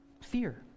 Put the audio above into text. fear